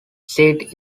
seat